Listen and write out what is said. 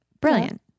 Brilliant